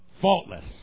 faultless